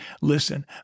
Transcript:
listen